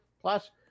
Plus